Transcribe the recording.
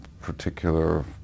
particular